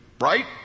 right